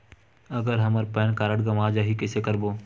अगर हमर PAN card गवां जाही कइसे करबो?